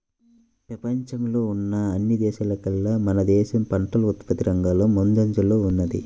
పెపంచంలో ఉన్న అన్ని దేశాల్లోకేల్లా మన దేశం పంటల ఉత్పత్తి రంగంలో ముందంజలోనే ఉంది